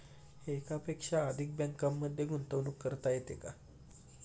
एकापेक्षा अधिक बँकांमध्ये गुंतवणूक करता येते का?